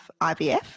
IVF